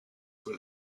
will